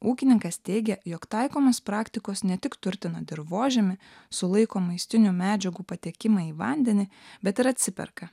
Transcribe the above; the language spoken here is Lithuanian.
ūkininkas teigia jog taikomos praktikos ne tik turtina dirvožemį sulaiko maistinių medžiagų patekimą į vandenį bet ir atsiperka